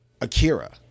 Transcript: Akira